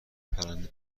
پرنده